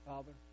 Father